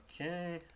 Okay